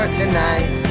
tonight